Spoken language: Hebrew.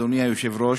אדוני היושב-ראש,